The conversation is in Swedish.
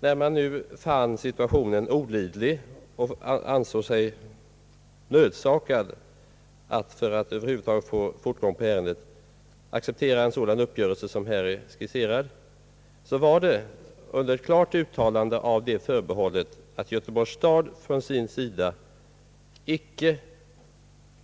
När man fann situationen olidlig och ansåg sig nödsakad att — för att över huvud taget få ärendet i gång — acceptera den uppgörelse som här skisserats skedde det under ett klart uttalande av förbehållet, att Göteborgs stad från sin sida icke